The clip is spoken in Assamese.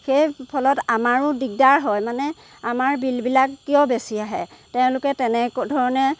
সেই ফলত আমাৰো দিগদাৰ হয় মানে আমাৰ বিলবিলাক কিয় বেছি আহে তেওঁলোকে তেনে ধৰণে